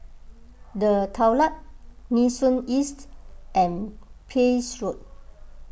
the Daulat Nee Soon East and Pepys Road